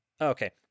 Okay